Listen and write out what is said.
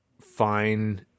fine